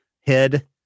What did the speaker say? head